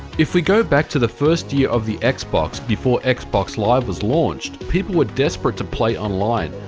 if we go back to the first year of the xbox before xbox live was launched, people were desperate to play online.